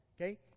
okay